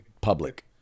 public